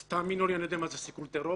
אז תאמינו לי, אני יודע מה זה סיכול טרור.